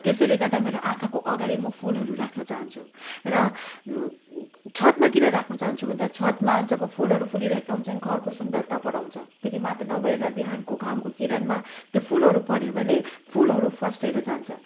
त्यसैले गर्दा मेरो आँखाको अगाडि मो फुलहरू राख्न चाहन्छु र छतमा किन राख्नु चाहन्छु भन्दा छतमा जब फुलहरू फुलिरहेका हुन्छन् घरको सुन्दरता बढाउँछ त्यति मात्र नभएर बिहानको घामको किरणमा त्यो फुलहरू पऱ्यो भने फुलहरू फस्टाएर जान्छ